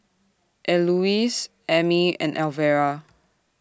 Elouise Amey and Alvera